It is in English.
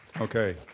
Okay